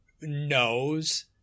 knows